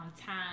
time